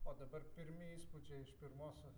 o dabar pirmi įspūdžiai iš pirmosios